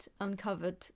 uncovered